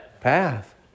path